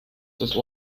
das